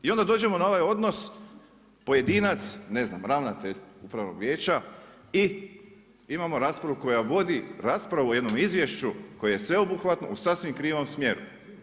I onda dođemo na ovaj odnos pojedinac, ne znam ravnatelj upravnog vijeća i imamo raspravu koja vodi, rasprava o jednom izvješću koje je sveobuhvatno, u sasvim krivom smjeru.